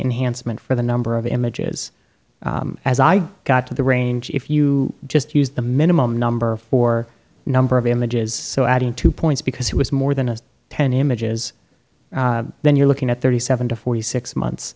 enhancement for the number of images as i got to the range if you just use the minimum number for number of damages so adding two points because he was more than a ten images then you're looking at thirty seven to forty six months